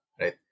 right